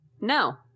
no